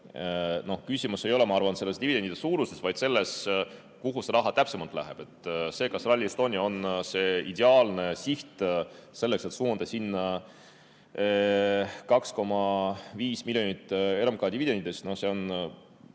küsimus ei ole, ma arvan, dividendide suuruses, vaid selles, kuhu see raha täpsemalt läheb. See, kas Rally Estonia on ideaalne siht selleks, et suunata sinna 2,5 miljonit RMK dividende